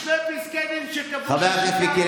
שני פסקי דין שקבעו, לא אחד.